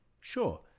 Sure